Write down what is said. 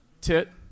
Tit